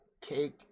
cake